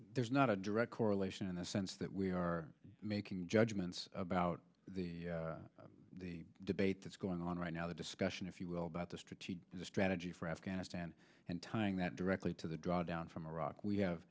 there's not a direct correlation in the sense that we are making judgments about the the debate that's going on right now the discussion if you will about the strategic strategy for afghanistan and tying that directly to the drawdown from iraq we have